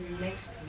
next